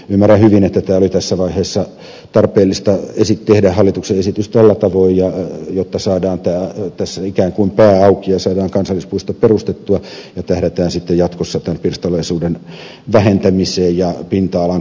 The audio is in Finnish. ymmärrän hyvin että tämä hallituksen esitys oli tässä vaiheessa tarpeellista tehdä tällä tavoin jotta saadaan tässä ikään kuin pää auki ja saadaan kansallispuisto perustettua ja tähdätään sitten jatkossa tämän pirstaleisuuden vähentämiseen ja pinta alan kasvattamiseen